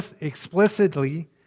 explicitly